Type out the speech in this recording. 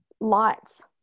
lights